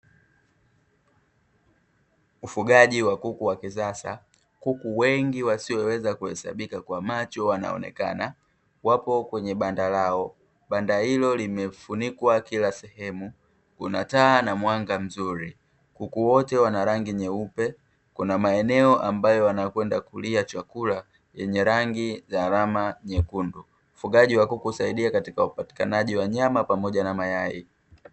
Ufugaji wa kuku wa kisasa, kuku wengi wasioweza kuhesabika kwa macho wanaonekana wapo kwenye banda lao, banda hilo limefunikwa kila sehemu, kuna taa na mwanga mzuri. Kuku wote wana rangi nyeupe, kuna maeneo ambayo wanakwenda kulia chakula, yenye rangi ya alama nyekundu. Ufugaji wa kuku husaidia katika upatikanaji wa nyama, pamoja na mayai.